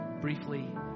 briefly